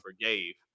forgave